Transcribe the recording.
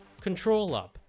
ControlUp